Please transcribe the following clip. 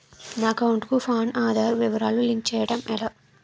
నా అకౌంట్ కు పాన్, ఆధార్ వివరాలు లింక్ చేయటం ఎలా?